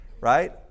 right